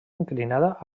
inclinada